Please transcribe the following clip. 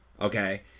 Okay